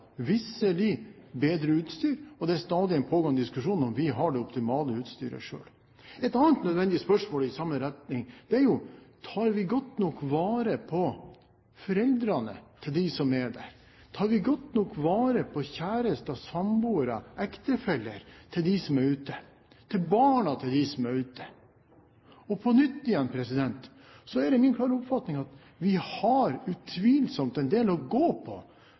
er stadig en pågående diskusjon om vi har det optimale utstyret. Et annet nødvendig spørsmål i samme retning er: Tar vi godt nok vare på foreldrene til dem som er der? Tar vi godt nok vare på kjærester, samboere, ektefeller til dem som er ute – og barna til dem som er ute? Og på nytt: Det er min klare oppfatning at vi har utvilsomt en del å gå på